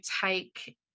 take